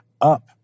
up